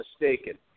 mistaken